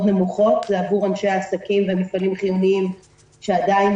זה עבור אנשי עסקים ומפעלים חיוניים שעדיין